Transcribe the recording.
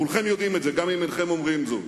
כולכם יודעים את זה, גם אם אינכם אומרים זאת,